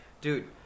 Dude